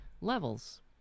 Levels